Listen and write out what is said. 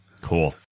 Cool